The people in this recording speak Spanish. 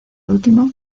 último